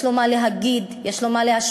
יש לו מה להגיד, יש לו מה להשפיע.